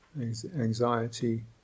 anxiety